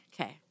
Okay